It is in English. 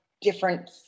different